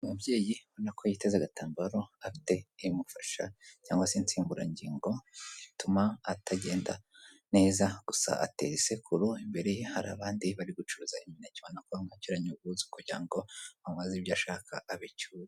uyu umubyeyi ubona ko yiteze agatambaro afite ibimufasha cyangwa se insimburangingo zituma atagenda neza, gusa atera isekuru, imbere ye hari abandi bari gucuruza imineke, ubonako bamwakiranye ubwuzu kugira ngo bamubaze ibyo ashaka abicyure.